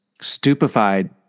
stupefied